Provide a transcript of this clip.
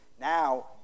now